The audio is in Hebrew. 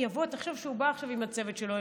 תחשוב שהוא בא עכשיו עם הצוות שלו,